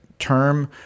term